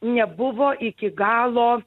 nebuvo iki galo